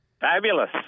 fabulous